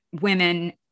women